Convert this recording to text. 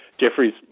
Jeffrey's